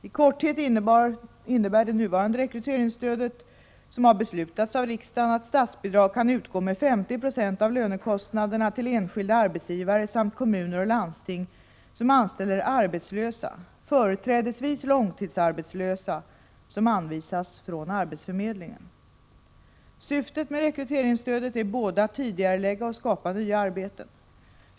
I korthet innebär det nuvarande rekryteringsstödet, som har beslutats av riksdagen, att statsbidrag kan utgå med 50 96 av lönekostnaderna till enskilda arbetsgivare samt kommuner och landsting som anställer arbetslösa —- företrädesvis långtidsarbetslösa — som anvisas av arbetsförmedlingen. Syftet med rekryteringsstödet är både att tidigarelägga arbeten och att skapa nya arbeten.